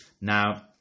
Now